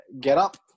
get-up